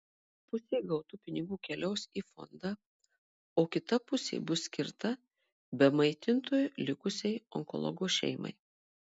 pusė gautų pinigų keliaus į fondą o kita pusė bus skirta be maitintojo likusiai onkologo šeimai